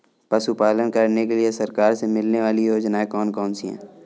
पशु पालन करने के लिए सरकार से मिलने वाली योजनाएँ कौन कौन सी हैं?